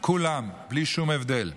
כולם בלי שום הבדל.